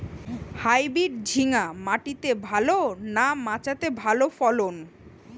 Hybrid ঝিঙ্গা মাটিতে ভালো না মাচাতে ভালো ফলন?